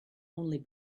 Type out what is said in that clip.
only